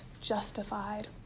justified